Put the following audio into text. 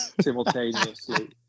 simultaneously